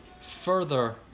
further